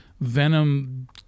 Venom